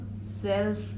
self